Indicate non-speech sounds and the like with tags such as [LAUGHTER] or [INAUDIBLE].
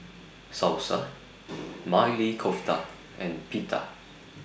Salsa [NOISE] Maili Kofta and Pita